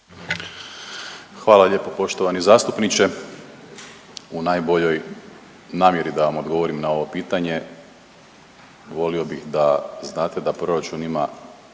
Hvala lijepo poštovani zastupniče. U najboljoj namjeri da vam odgovorim na ovo pitanje volio bih da znate da proračun ima